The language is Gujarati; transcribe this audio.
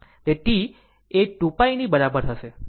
T એ 2π ની બરાબર હશે